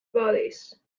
bodies